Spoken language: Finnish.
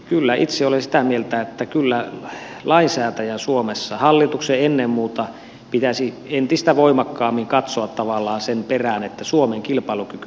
kyllä itse olen sitä mieltä että kyllä lainsäätäjän hallituksen ennen muuta pitäisi suomessa entistä voimakkaammin katsoa tavallaan sen perään että suomen kilpailukyky ei rapaudu